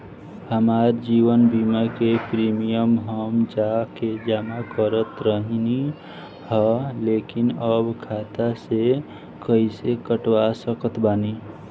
हमार जीवन बीमा के प्रीमीयम हम जा के जमा करत रहनी ह लेकिन अब खाता से कइसे कटवा सकत बानी?